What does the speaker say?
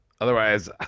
otherwise